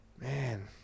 man